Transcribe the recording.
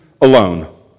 alone